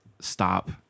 stop